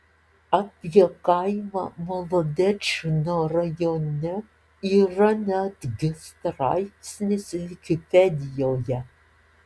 apie kaimą molodečno rajone yra netgi straipsnis vikipedijoje